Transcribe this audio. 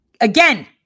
again